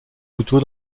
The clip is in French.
couteau